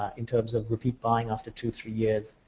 ah in terms of repeat buying after two, three years.